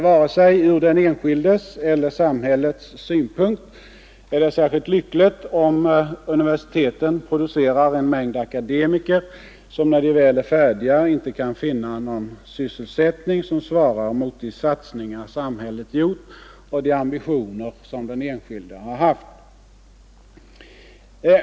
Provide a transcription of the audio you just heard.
Varken ur den enskildes eller ur samhällets synpunkt är det särskilt lyckligt, om universiteten producerar en mängd akademiker, som när de väl är färdiga inte kan finna någon sysselsättning som svarar mot de satsningar samhället gjort och de ambitioner den enskilde haft.